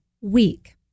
week